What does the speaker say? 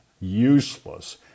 useless